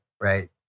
right